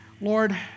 Lord